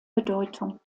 bedeutung